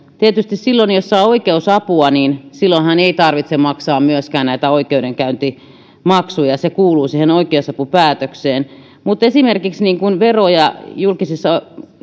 tietysti silloin jos saa oikeusapua ei tarvitse maksaa myöskään näitä oikeudenkäyntimaksuja se kuuluu siihen oikeusapupäätökseen mutta esimerkiksi vero ja julkisissa